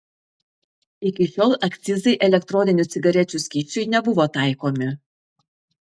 iki šiol akcizai elektroninių cigarečių skysčiui nebuvo taikomi